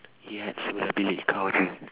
yat sebelah bilik kau jer